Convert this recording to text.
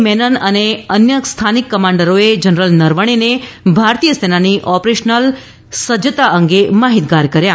મેનન અને અન્ય સ્થાનિક કમાન્ડરોએ જનરલ નરવણેને ભારતીય સેનાની ઓપરેશનલ સજ્જતા અંગે માહિતગાર કર્યા